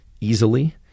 easily